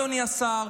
אדוני השר,